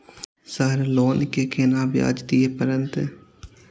Sir loan के केना ब्याज दीये परतें?